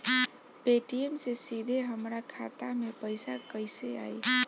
Paytm से सीधे हमरा खाता मे पईसा कइसे आई?